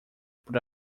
por